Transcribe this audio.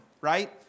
right